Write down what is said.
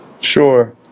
Sure